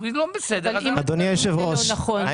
אם לא בסדר, אז --- זה לא נכון.